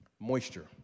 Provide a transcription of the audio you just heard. Moisture